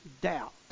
doubt